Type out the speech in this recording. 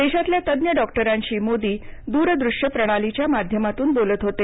देशातल्या तज्ञ डॉक्टरांशी मोदी द्रदृश्य प्रणालीच्या माध्यमातून बोलत होते